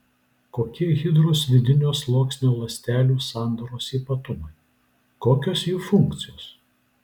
kokie hidros vidinio sluoksnio ląstelių sandaros ypatumai kokios jų funkcijos